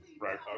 Right